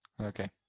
okay